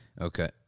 Okay